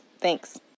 Thanks